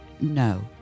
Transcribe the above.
No